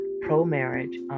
pro-marriage